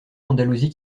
l’andalousie